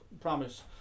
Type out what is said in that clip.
promise